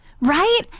Right